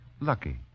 lucky